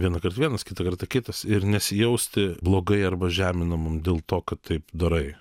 vienąkart vienas kitą kartą kitas ir nesijausti blogai arba žeminamam dėl to kad taip darai